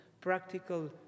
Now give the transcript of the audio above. practical